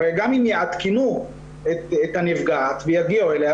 גם אם יעדכנו את הנפגעת ויגיעו אליה,